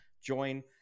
join